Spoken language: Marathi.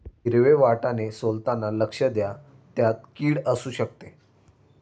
हिरवे वाटाणे सोलताना लक्ष द्या, त्यात किड असु शकते